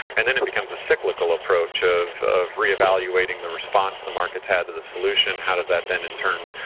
and then it becomes a cyclical approach of of re-evaluating the response the markets had to the solution, how does that then in turn,